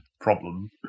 problem